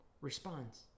responds